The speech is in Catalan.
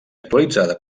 actualitzada